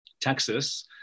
Texas